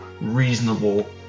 reasonable